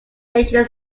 nation